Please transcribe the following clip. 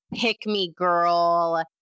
pick-me-girl